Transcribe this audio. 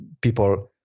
people